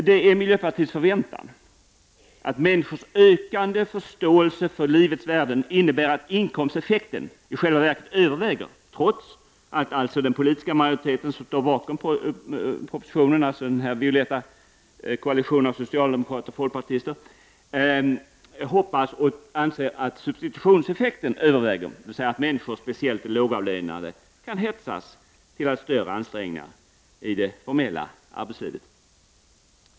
Det är miljöpartiets förväntan att människors ökande förståelse för livets värden innebär att inkomsteffekten i själva verket överväger, trots att den politiska majoritet som står bakom propositonen, dvs. den violetta koalitionen av socialdemokrater och folkpartister, hoppas och anser att substitutionseffekten överväger, så att människor, speciellt de lågavlönade, kan hetsas till allt större ansträngningar i det formella arbetslivet.